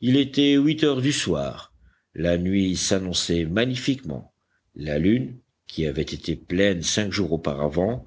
il était huit heures du soir la nuit s'annonçait magnifiquement la lune qui avait été pleine cinq jours auparavant